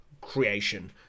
creation